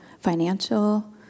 financial